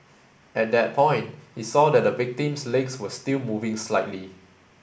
at that point he saw that the victim's legs were still moving slightly